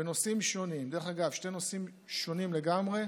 בנושאים שונים, דרך אגב, בשני נושאים שונים לגמרי.